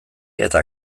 eta